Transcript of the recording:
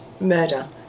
murder